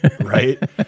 right